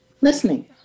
listening